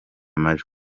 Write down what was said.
majwi